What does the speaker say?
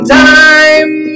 time